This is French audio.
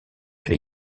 elle